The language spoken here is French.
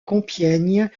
compiègne